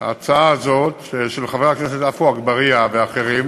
הצעה זאת של חבר הכנסת עפו אגבאריה ואחרים,